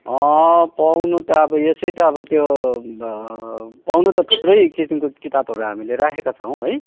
पाउनु त अब यसै त अब त्यो ब पाउनु त थुप्रै किसिमको किताबहरू हामीले राखेका छौँ है